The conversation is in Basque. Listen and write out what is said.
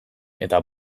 eta